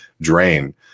drain